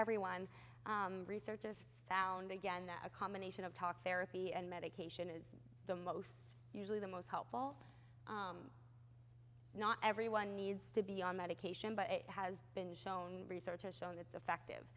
everyone researchers found again a combination of talk therapy and medication is the most usually the most helpful not everyone needs to be on medication but it has been shown research has shown that